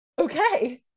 Okay